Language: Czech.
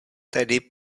tedy